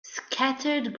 scattered